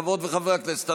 חברות וחברי הכנסת,